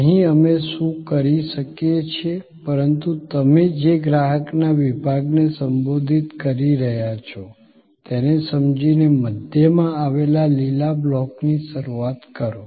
નહીં અમે શું કરીએ છીએ પરંતુ તમે જે ગ્રાહકના વિભાગને સંબોધિત કરી રહ્યાં છો તેને સમજીને મધ્યમાં આવેલા લીલા બ્લોકથી શરૂઆત કરો